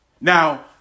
Now